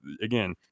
again